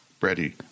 ready